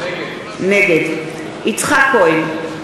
נגד יצחק כהן,